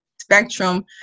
spectrum